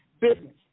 Business